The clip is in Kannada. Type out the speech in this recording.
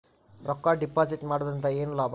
ರೊಕ್ಕ ಡಿಪಾಸಿಟ್ ಮಾಡುವುದರಿಂದ ಏನ್ ಲಾಭ?